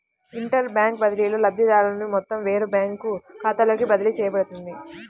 inter bank బదిలీలో, లబ్ధిదారుని మొత్తం వేరే బ్యాంకు ఖాతాలోకి బదిలీ చేయబడుతుంది